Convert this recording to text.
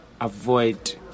avoid